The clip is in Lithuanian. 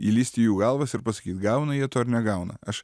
įlįst į jų galvas ir pasakyt gauna jie to ar negauna aš